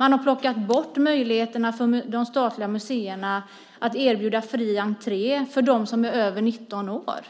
Man har plockat bort möjligheterna för de statliga museerna att erbjuda fri entré för dem som är över 19 år.